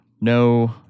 no